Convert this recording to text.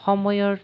সময়ৰ